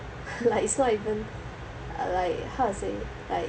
like it's not even uh like how to say like